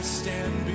stand